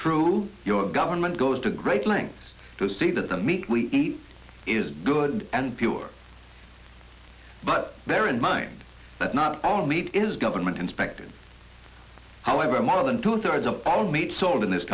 through your government goes to great lengths to see that the meat we eat is good and pure but bear in mind that not all meat is government inspected however more than two thirds of all meat sold in this